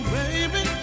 baby